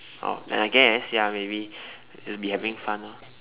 oh then I guess ya maybe we'll just be having fun orh